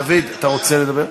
דוד, אתה רוצה לדבר?